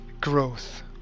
growth